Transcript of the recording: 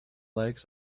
legs